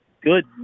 good